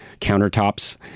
countertops